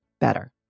better